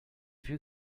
vues